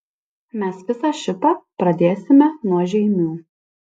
mes visą šitą pradėsime nuo žeimių